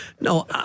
No